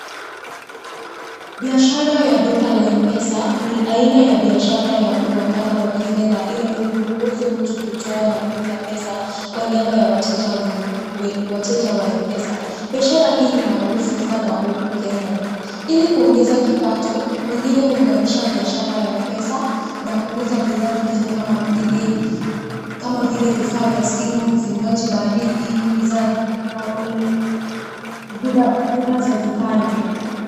Biashara ya duka la M-Pesa ni aina ya biashara ya uwakala wa kifedha inayomruhusu mtu kutoa na kuweka pesa kwa niaba ya wateja wa M-Pesa. Biashara hii ni maarufu sana huku Kenya. Ili kuongeza kipato, wengine huunganisha biashara ya M-Pesa na kuuza bidhaa nyingine kama vile vifaa vya simu, vinywaji baridi, bidhaa za dukani.